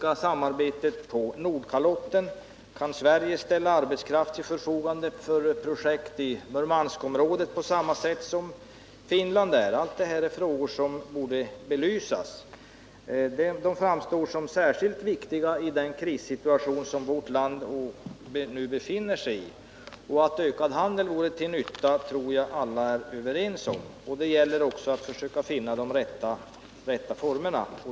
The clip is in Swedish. Kan Sverige på samma sätt som Finland ställa arbetskraft till förfogande i Murmanskområdet? Allt detta är frågor som borde belysas. De framstår som särskilt viktiga i den krissituation som vårt land nu befinner sig i. Att ökad handel vore till nytta tror jag alla är överens om. Det gäller också att försöka finna de rätta formerna.